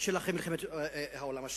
של אחרי מלחמת העולם השנייה.